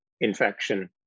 infection